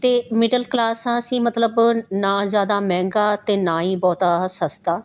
ਅਤੇ middle class ਹਾਂ ਅਸੀਂ ਮਤਲਬ ਨਾ ਜ਼ਿਆਦਾ ਮਹਿੰਗਾ ਅਤੇ ਨਾ ਹੀ ਬਹੁਤਾ ਸਸਤਾ